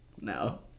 No